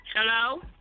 Hello